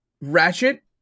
Ratchet